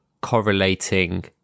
correlating